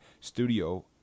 studio